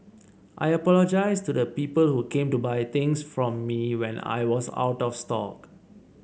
I apologise to the people who came to buy things from me when I was out of stock